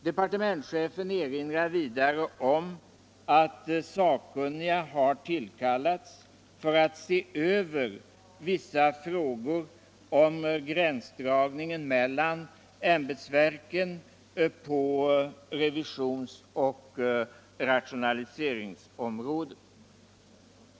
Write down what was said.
Departementschefen erinrar vidare om att sakkunniga har tillkallats för att se över vissa frågor rörande gränsdragningen mellan ämbetsverken på revisionsoch rationaliseringsområdena.